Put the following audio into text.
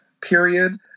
period